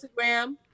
Instagram